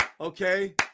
Okay